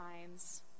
times